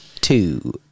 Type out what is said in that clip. two